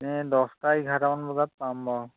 এনে দহটা এঘাৰটা মান বজাত পাম বাৰু